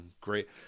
great